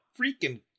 freaking